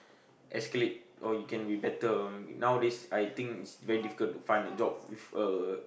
escalate or you can be better nowadays I think it's very difficult to find a job with a